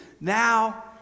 Now